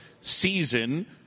season